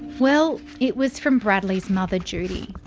well, it was from bradley's mother judy.